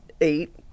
eight